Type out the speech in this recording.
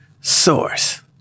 Source